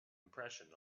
impression